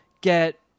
get